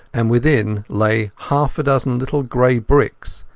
and within lay half a dozen little grey bricks,